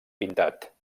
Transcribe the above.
pintat